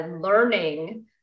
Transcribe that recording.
learning